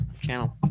channel